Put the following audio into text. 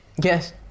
Yes